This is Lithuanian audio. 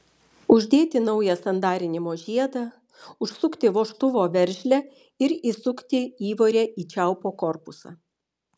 uždėti naują sandarinimo žiedą užsukti vožtuvo veržlę ir įsukti įvorę į čiaupo korpusą